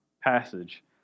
passage